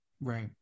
Right